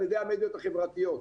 על ידי המדיות החברתיות.